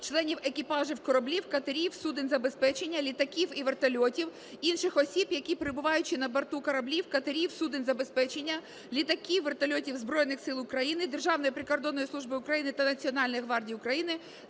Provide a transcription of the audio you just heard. членів екіпажу кораблів, катерів, суден забезпечення, літаків і вертольотів, інших осіб, які, перебуваючи на борту кораблів, катерів, суден забезпечення, літаків, вертольотів Збройних Сил України, Державної прикордонної служби України та Національної гвардії України,